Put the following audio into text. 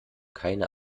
keine